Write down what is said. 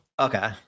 Okay